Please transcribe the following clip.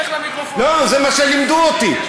לא, זה מה שלימדו אותי.